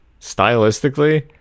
stylistically